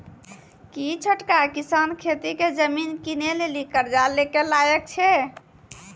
कि छोटका किसान खेती के जमीन किनै लेली कर्जा लै के लायक छै?